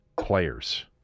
players